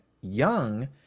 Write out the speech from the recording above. young